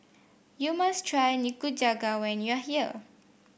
you must try Nikujaga when you are here